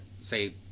Say